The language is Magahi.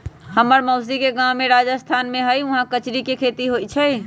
हम्मर मउसी के गाव जे राजस्थान में हई उहाँ कचरी के खेती होई छई